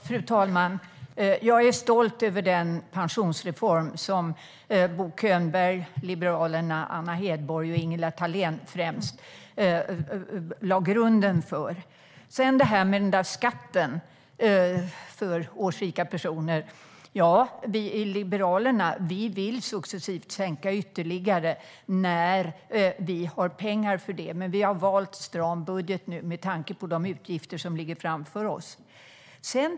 Fru talman! Jag är stolt över den pensionsreform som främst Bo Könberg, Liberalerna, Anna Hedborg och Ingela Thalén lade grunden för. När det gäller skatten för årsrika personer vill vi liberaler successivt sänka den ytterligare när vi har pengar för det, men nu har vi valt en stram budget med tanke på de utgifter som ligger framför oss.